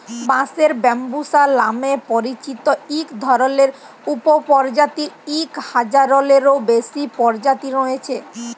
বাঁশের ব্যম্বুসা লামে পরিচিত ইক ধরলের উপপরজাতির ইক হাজারলেরও বেশি পরজাতি রঁয়েছে